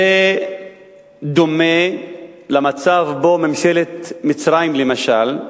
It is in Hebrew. זה דומה למצב שבו ממשלת מצרים, למשל,